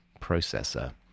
processor